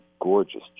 gorgeous